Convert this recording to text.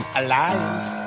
alliance